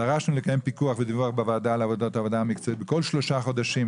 דרשנו לקיים לפיקוח ודיווח בוועדה על העבודה המקצועית בכל שלושה חודשים,